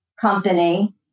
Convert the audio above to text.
company